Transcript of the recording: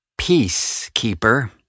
Peacekeeper